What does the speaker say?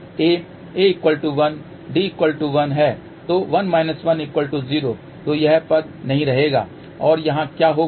A1 D1 है तो 1-10 तो यह पद नहीं रहेगा और यहाँ क्या होगा